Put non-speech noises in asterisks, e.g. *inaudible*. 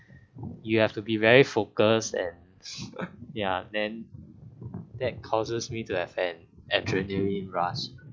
you have to be very focus and *laughs* ya then that causes me to have an adrenaline rush